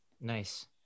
Nice